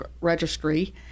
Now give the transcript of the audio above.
Registry